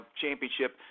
championship